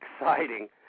exciting